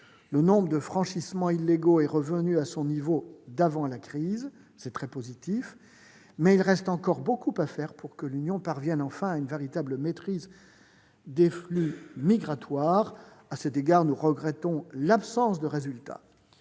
Le nombre de franchissements illégaux est revenu à son niveau d'avant la crise. C'est très positif. Mais il reste encore beaucoup à faire pour que l'Union parvienne enfin à une véritable maîtrise des flux migratoires. À cet égard, nous regrettons l'absence de résultat